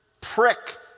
prick